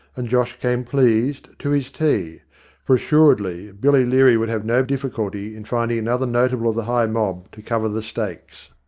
and josh came pleased to his tea for assuredly billy leary would have no difficulty in finding another notable of the high mob to cover the stakes.